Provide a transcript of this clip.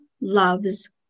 loves